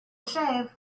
shave